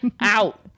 out